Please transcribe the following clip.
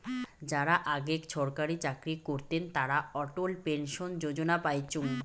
যারা আগেক ছরকারি চাকরি করতেন তারা অটল পেনশন যোজনা পাইচুঙ